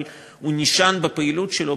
אבל הוא נשען בפעילות שלו,